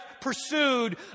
pursued